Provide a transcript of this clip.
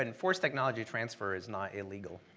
and forced technology transfer is not illegal